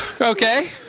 Okay